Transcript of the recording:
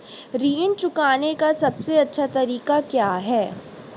ऋण चुकाने का सबसे अच्छा तरीका क्या है?